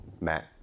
Matt